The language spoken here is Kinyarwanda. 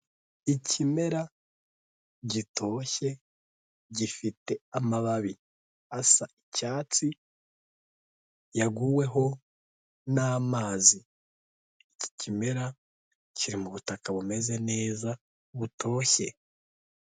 Ikimera gitoshye gifite amababi asa icyatsi yaguweho n'amazi. Iki kimera kiri mu butaka bumeze neza, butoshye.